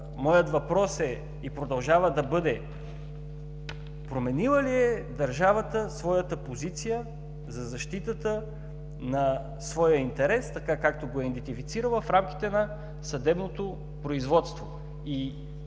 моят въпрос е, и продължава да бъде: променила ли е държавата своята позиции за защитата на своя интерес, така както го е идентифицирала в рамките на съдебното производство?